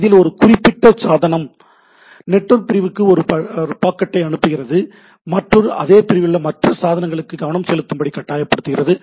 இதில் ஒரு குறிப்பிட்ட சாதனம் நெட்வொர்க் பிரிவுக்கு ஒரு பாக்கெட்டை அனுப்புகிறது மற்றும் அதே பிரிவில் உள்ள மற்ற சாதனங்களும் கவனம் செலுத்தும்படி கட்டாயப்படுத்துகிறது